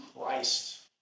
Christ